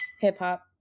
hip-hop